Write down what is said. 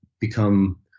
become